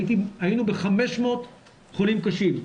היינו ב-500 חולים קשים.